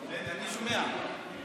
אני שומע.